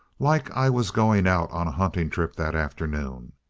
like i was going out on a hunting trip that afternoon.